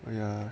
ya